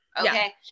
okay